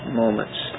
moments